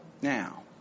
now